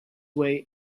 way